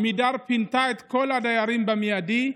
עמידר פינתה את כל הדיירים במיידי,